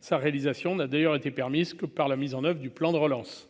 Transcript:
sa réalisation n'a d'ailleurs été permise que par la mise en oeuvre du plan de relance